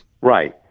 Right